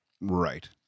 Right